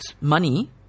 money